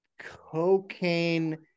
cocaine